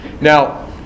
Now